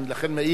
אני לכן מעיר,